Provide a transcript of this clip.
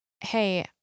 hey